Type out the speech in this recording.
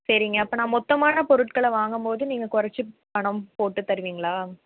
சரிங்க அப்போ நான் மொத்தமான பொருட்களை வாங்கும் போது நீங்கள் குறைச்சு பணம் போட்டு தருவீங்களா